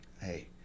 hey